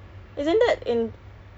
murah-murah [pe] barang